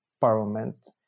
parliament